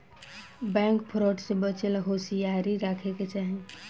bank fraud से बचे ला होसियारी राखे के चाही